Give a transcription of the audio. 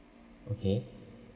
okay